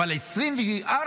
אבל ב-2024